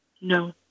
No